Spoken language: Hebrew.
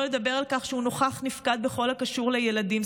שלא לדבר על כך שהוא נוכח נפקד בכל הקשור לילדים,